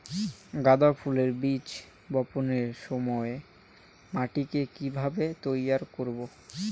গাদা ফুলের বীজ বপনের সময় মাটিকে কিভাবে তৈরি করব?